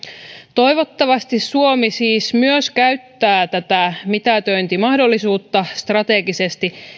toivottavasti suomi siis myös käyttää tätä mitätöintimahdollisuutta strategisesti